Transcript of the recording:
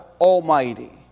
Almighty